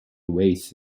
awaits